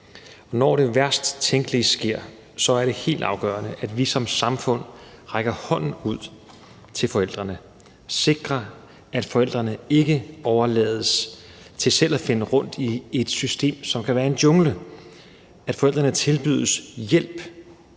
Når det værst tænkelige sker, er det helt afgørende, at vi som samfund rækker hånden ud til forældrene og sikrer, at forældrene ikke overlades til selv at finde rundt i et system, som kan være en jungle; at forældrene tilbydes hjælp